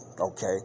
okay